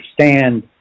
understand